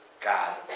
God